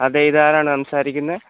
അതെ ഇതാരാണ് സംസാരിക്കുന്നത്